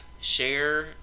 share